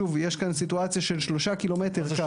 שוב, יש כאן סיטואציה של 3 ק"מ קו.